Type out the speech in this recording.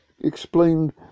explained